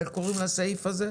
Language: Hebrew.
איך קוראים לסעיף הזה?